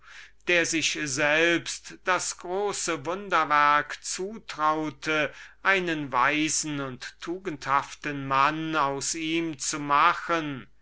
der sich das große werk zutraute einen weisen und tugendhaften mann aus ihm zu machen warum